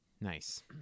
Nice